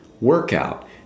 workout